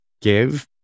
give